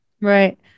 Right